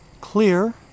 clear